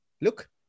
look